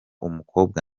umukobwa